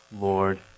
Lord